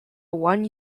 one